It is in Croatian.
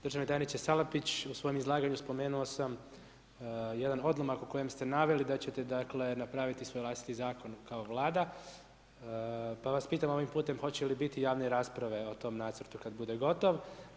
Držani tajniče Salapić, u svom izlaganju spomenuo sam jedan odlomak, u kojem ste naveli, da ćete dakle, napraviti svoj vlastiti zakon kao Vlada, pa vas pitam ovim putem, hoće li biti javne rasprave o tom nacrtu kada bude gotov?